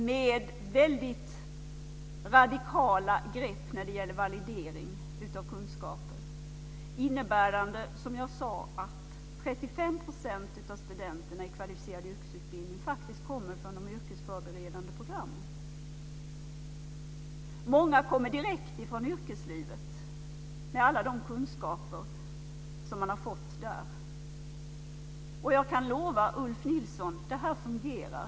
Det är väldigt radikala grepp när det gäller den validering av kunskaper som, som jag sade, innebär att 35 % av studenterna i kvalificerad yrkesutbildning faktiskt kommer från de yrkesförberedande programmen. Många kommer också direkt från yrkeslivet med alla de kunskaper som de har fått där. Jag kan lova Ulf Nilsson att det här fungerar.